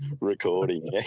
recording